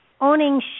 owning